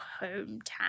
hometown